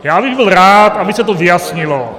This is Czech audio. Já bych byl rád, aby se to vyjasnilo.